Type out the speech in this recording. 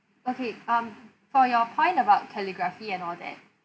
okay um for your point about about calligraphy and all that